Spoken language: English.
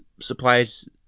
supplies